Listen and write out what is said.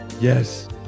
Yes